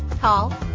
call